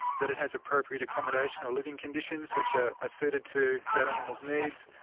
that it has appropriate accommodation or living conditions which are ah suited to that animal's needs,